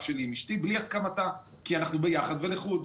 שלי עם אשתי בלי הסכמתה כי אנחנו ביחד ולחוד.